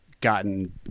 gotten